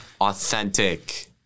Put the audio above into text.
authentic